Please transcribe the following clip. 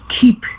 keep